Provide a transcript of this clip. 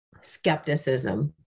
skepticism